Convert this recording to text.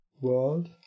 world